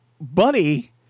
Buddy